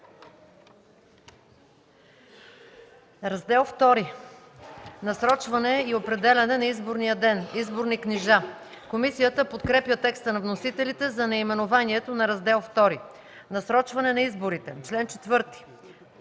„Раздел ІІ – Насрочване и определяне на изборния ден. Изборни книжа”. Комисията подкрепя текста на вносителите за наименованието на Раздел ІІ. „Насрочване на изборите” – чл. 4.